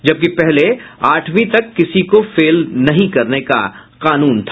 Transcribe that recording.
जबकि पहले आठवीं तक किसी को फेल नहीं करने का कानून था